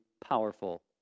powerful